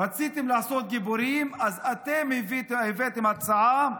רציתם לעשות דיבורים, אז הבאתם הצעה,